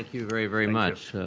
you very, very much.